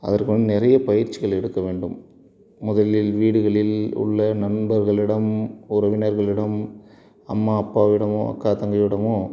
அதற்கு வந்து நிறைய பயிற்சிகள் எடுக்க வேண்டும் முதலில் வீடுகளில் உள்ள நண்பர்களிடம் உறவினர்களிடம் அம்மா அப்பாவிடமோ அக்கா தங்கையிடமோ